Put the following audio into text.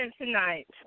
tonight